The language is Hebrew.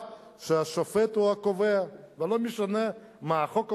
שהשופט הוא הקובע ולא משנה מה החוק אומר.